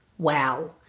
wow